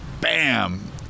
bam